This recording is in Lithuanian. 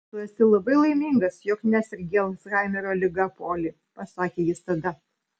tu esi labai laimingas jog nesergi alzhaimerio liga poli pasakė jis tada